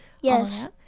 Yes